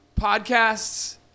podcasts